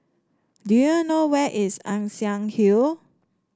do you know where is Ann Siang Hill